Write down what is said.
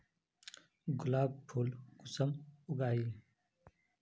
गुलाब फुल कुंसम उगाही?